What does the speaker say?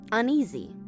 uneasy